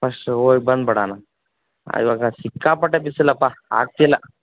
first ಹೋಗ್ ಬಂದು ಬಿಡೋಣ ಇವಾಗ ಸಿಕ್ಕಾಪಟ್ಟೆ ಬಿಸಿಲಪ್ಪ ಆಗ್ತಿಲ್ಲ